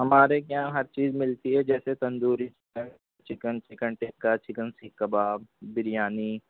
ہمارے یہاں ہر چیز ملتی ہے جیسے tandoori chicken chicken tikka chicken seekh kebab biryani